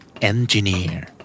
Engineer